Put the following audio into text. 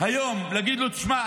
היום ותגיד לו: תשמע,